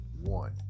one